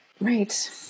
right